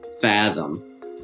fathom